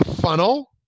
funnel